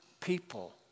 people